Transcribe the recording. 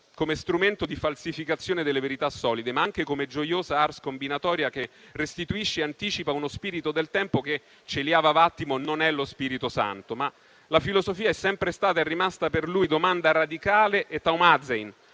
come strumento di falsificazione delle verità solide, ma anche come gioiosa *ars combinatoria* che restituisce e anticipa uno spirito del tempo che - celiava Vattimo - non è lo spirito santo. Tuttavia la filosofia è sempre stata e rimasta per lui domanda radicale e *thaumazein*